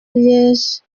liège